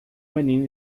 menino